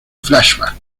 flashback